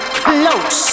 close